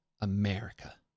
America